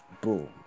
boom